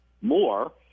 more